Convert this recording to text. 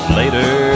later